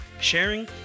sharing